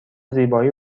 زیبایی